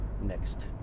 next